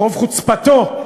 ברוב חוצפתו,